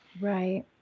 Right